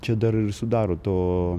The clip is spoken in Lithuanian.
čia dar ir sudaro to